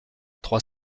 trois